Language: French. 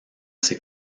ses